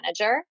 manager